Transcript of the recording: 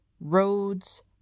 roads